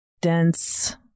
dense